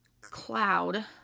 cloud